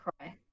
cry